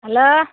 hello